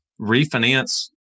refinance